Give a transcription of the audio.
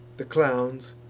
the clowns,